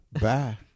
Bye